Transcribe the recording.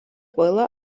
ყველა